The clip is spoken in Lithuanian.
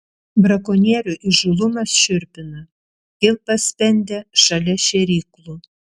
brakonierių įžūlumas šiurpina kilpas spendė šalia šėryklų